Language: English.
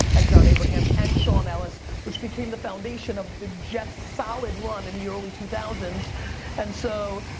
and john abraham, and shaun ellis. which became the foundation of the jets' solid run in the early two thousand and so